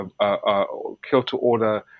kill-to-order